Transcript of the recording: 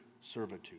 servitude